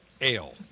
Ale